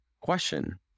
question